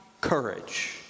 courage